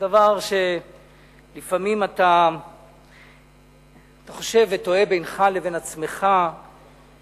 זה דבר שלפעמים אתה חושב ותוהה בינך לבין עצמך אם